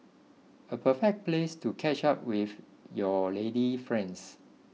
a perfect place to catch up with your lady friends